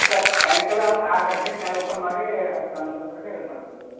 ಮತ್ತು ಸಾಯಂಕಾಲ ಒಂದು ಆರು ಗಂಟೆಕ ಓಪನ್ ಮಾಡೀ ಹತ್ತು ಹನ್ನೊಂದರ ತನಕ ಇದು ಮಾಡ್ತೀವಿ ರೀ